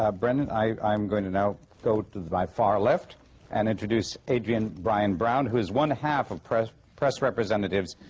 ah brendan. i'm going to now go to my far left and introduce adrian bryan-brown, who's one half of press press representatives,